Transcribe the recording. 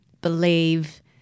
believe